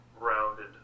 rounded